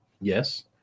Yes